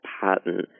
patent